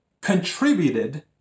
contributed